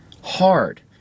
hard